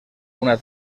una